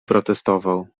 protestował